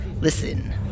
Listen